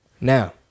now